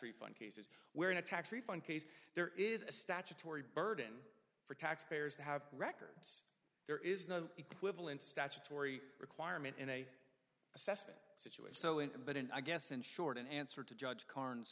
refund cases where in a tax refund case there is a statutory burden for taxpayers to have records there is no equivalent statutory requirement in a assessment situation so in but and i guess in short an answer to judge carn